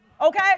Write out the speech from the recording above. Okay